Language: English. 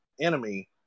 enemy